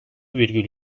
virgül